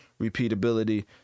repeatability